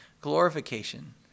glorification